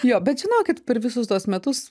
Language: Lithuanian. jo bet žinokit per visus tuos metus